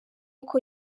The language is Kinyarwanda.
uko